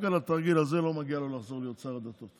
רק על התרגיל הזה לא מגיע לו לחזור להיות שר הדתות.